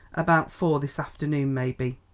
about four this afternoon, maybe.